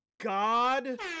God